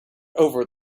over